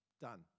done